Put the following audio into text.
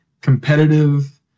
competitive